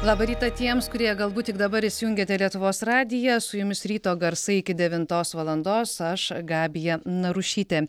labą rytą tiems kurie galbūt tik dabar įsijungiate lietuvos radiją su jumis ryto garsai iki devintos valandos aš gabija narušytė